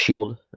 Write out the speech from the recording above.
shield